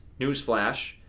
newsflash